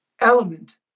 element